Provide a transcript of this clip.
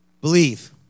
believe